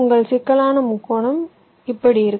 உங்கள் சிக்கலான முக்கோணம் இப்படி இருக்கும்